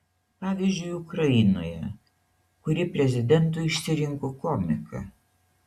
pavyzdžiui ukrainoje kuri prezidentu išsirinko komiką